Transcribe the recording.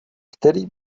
který